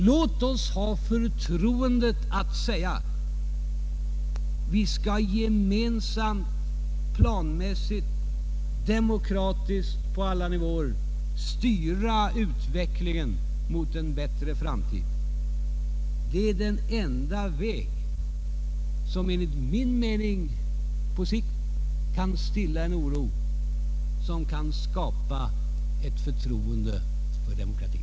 Låt oss ha förtroendet att säga att vi skall gemensamt, planmässigt och demokratiskt på alla nivåer styra utvecklingen mot en bättre framtid. Det är den enda väg som enligt min mening kan på längre sikt stilla en oro, skapa förtroende för demokratin.